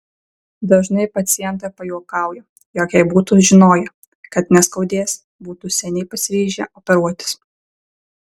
dažnai pacientai pajuokauja jog jei būtų žinoję kad neskaudės būtų seniai pasiryžę operuotis